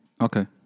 Okay